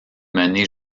mener